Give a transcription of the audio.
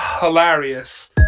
hilarious